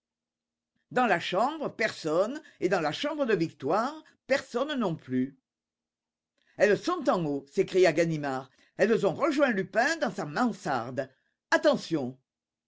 dans la chambre personne et dans la chambre de victoire personne non plus elles sont en haut s'écria ganimard elles ont rejoint lupin dans sa mansarde attention